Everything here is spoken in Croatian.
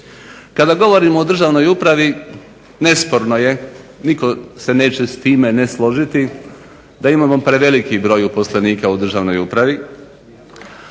Kada govorimo o državnoj upravi nesporno je, nitko se neće s time ne složiti da imamo preveliki broj uposlenika u državnoj upravi,